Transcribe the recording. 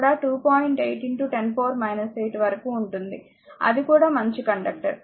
8 10 8 వరకు ఉంటుంది అది కూడా మంచి కండక్టర్